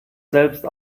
selbst